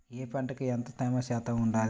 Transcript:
ఏ పంటకు ఎంత తేమ శాతం ఉండాలి?